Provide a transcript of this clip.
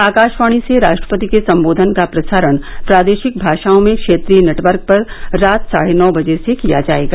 आकाशवाणी से राष्ट्रपति के संबोधन का प्रसारण प्रादेशिक भाषाओं में क्षेत्रीय नेटवर्क पर रात साढ़े नौ बजे से किया जायेगा